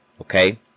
okay